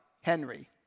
Henry